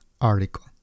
article